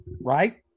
right